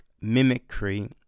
mimicry